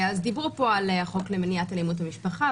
דיברו על החוק למניעת אלימות במשפחה,